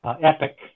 epic